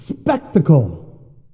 spectacle